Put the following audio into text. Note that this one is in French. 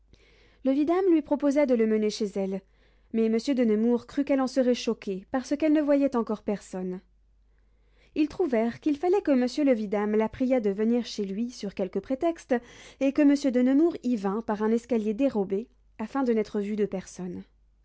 le vidame lui proposa de le mener chez elle mais monsieur de nemours crut qu'elle en serait choquée parce qu'elle ne voyait encore personne ils trouvèrent qu'il fallait que monsieur le vidame la priât de venir chez lui sur quelque prétexte et que monsieur de nemours y vînt par un escalier dérobé afin de n'être vu de personne